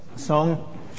song